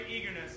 eagerness